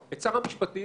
את שר המשפטים